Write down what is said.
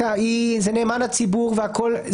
זה נאמן הציבור והכול,